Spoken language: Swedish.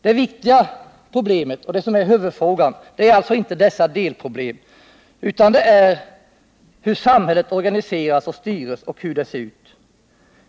Det viktiga — och det som är huvudfrågan — är alltså inte dessa delproblem, utan det är hur samhället organiseras och styrs och hur det ser ut.